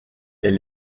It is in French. elle